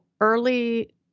early